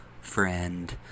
friend